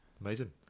Amazing